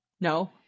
No